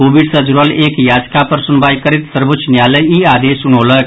Covid सँ जुड़ल एक याचिका पर सुनवाई करैत सर्वोच्च न्यायालय ई आदेश सुनौलक